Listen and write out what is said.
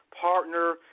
partner